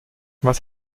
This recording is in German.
was